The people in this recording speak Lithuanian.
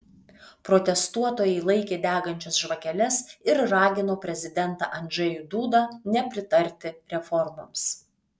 protestuotojai laikė degančias žvakeles ir ragino prezidentą andžejų dudą nepritarti reformoms